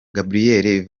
gabriel